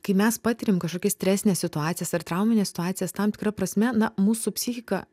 kai mes patiriam kažkokias stresines situacijas ar traumines situacijas tam tikra prasme na mūsų psichika